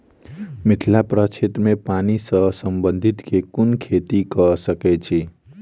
मिथिला प्रक्षेत्र मे पानि सऽ संबंधित केँ कुन खेती कऽ सकै छी?